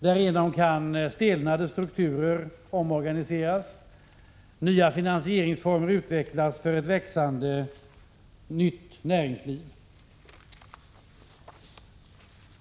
Därigenom kan stelnade strukturer omorganiseras, nya finansiella former utvecklas för ett växande nytt näringsliv.